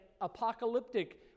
apocalyptic